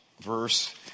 verse